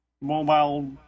mobile